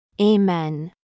Amen